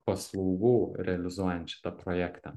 paslaugų realizuojant šitą projektą